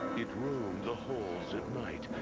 it roamed the halls at night,